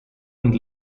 und